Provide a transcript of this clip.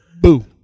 Boo